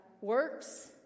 works